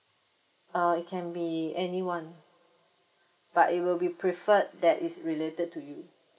uh it can be anyone but it will be preferred that it's related to you